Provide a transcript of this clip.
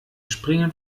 springen